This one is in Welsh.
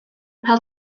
pêl